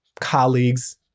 colleagues